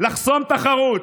לחסום תחרות,